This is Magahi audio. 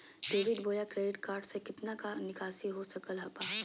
डेबिट बोया क्रेडिट कार्ड से कितना का निकासी हो सकल बा?